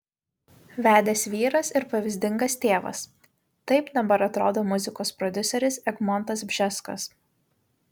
vedęs vyras ir pavyzdingas tėvas taip dabar atrodo muzikos prodiuseris egmontas bžeskas